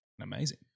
amazing